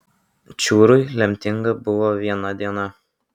čiūrui lemtinga buvo viena diena